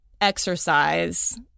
exercise